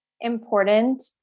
important